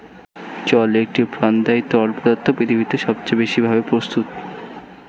জল একটি প্রাণদায়ী তরল পদার্থ পৃথিবীতে সবচেয়ে বেশি ভাবে প্রস্তুত